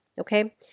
Okay